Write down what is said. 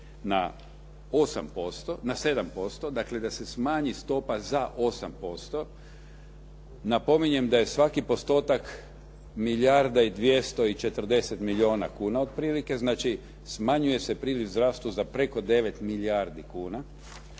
na 7%, dakle da se smanji stopa za 8%. Napominjem da je svaki postotak milijarda i 240 milijona kuna otprilike. Znači smanjuje se priliv zdravstva za preko 9 milijardi kuna.